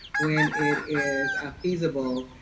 when it is ah feasible,